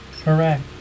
Correct